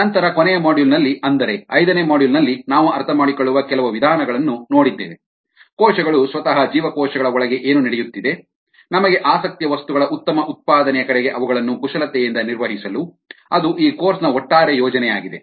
ನಂತರ ಕೊನೆಯ ಮಾಡ್ಯೂಲ್ನಲ್ಲಿ ಅಂದರೆ ಐದನೇ ಮಾಡ್ಯೂಲ್ ನಲ್ಲಿ ನಾವು ಅರ್ಥಮಾಡಿಕೊಳ್ಳುವ ಕೆಲವು ವಿಧಾನಗಳನ್ನು ನೋಡಿದ್ದೇವೆ ಕೋಶಗಳು ಸ್ವತಃ ಜೀವಕೋಶಗಳ ಒಳಗೆ ಏನು ನಡೆಯುತ್ತಿದೆ ನಮಗೆ ಆಸಕ್ತಿಯ ವಸ್ತುಗಳ ಉತ್ತಮ ಉತ್ಪಾದನೆಯ ಕಡೆಗೆ ಅವುಗಳನ್ನು ಕುಶಲತೆಯಿಂದ ನಿರ್ವಹಿಸಲು ಅದು ಈ ಕೋರ್ಸ್ನ ಒಟ್ಟಾರೆ ಯೋಜನೆಯಾಗಿದೆ